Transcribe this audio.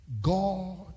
God